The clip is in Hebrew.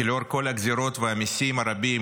ולומר כי לאור כל הגזרות והמיסים הרבים